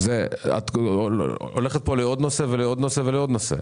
את הולכת פה לעוד נושא, לעוד נושא ולעוד נושא.